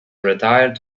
retired